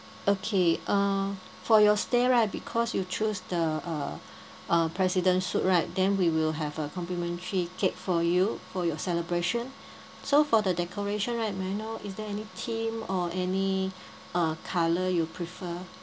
okay uh for your stay right because you choose the uh uh president suite right then we will have a complimentary cake for you for your celebration so for the decoration right may I know is there any theme or any uh colour you prefer